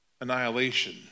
Annihilation